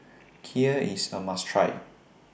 Kheer IS A must Try